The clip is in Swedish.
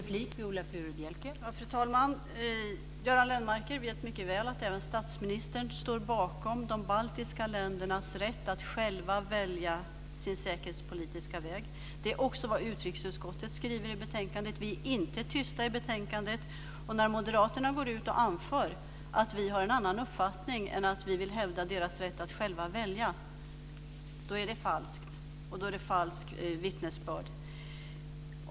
Fru talman! Göran Lennmarker vet mycket väl att även statsministern står bakom de baltiska ländernas rätt att själva välja sin säkerhetspolitiska väg. Det är också vad utrikesutskottet skriver i betänkandet. Vi är inte tysta i betänkandet. När moderaterna går ut och anför att vi har en annan uppfattning än att vi vill hävda deras rätt att själva välja, då är det falskt, och då är det falsk vittnesbörd.